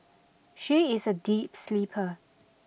she is a deep sleeper